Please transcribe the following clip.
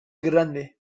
grande